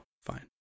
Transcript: Fine